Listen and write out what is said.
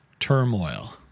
Turmoil